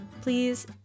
Please